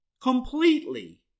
Completely